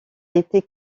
été